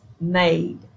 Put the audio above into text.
made